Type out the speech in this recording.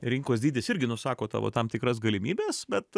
rinkos dydis irgi nusako tavo tam tikras galimybes bet